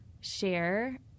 share